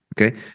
Okay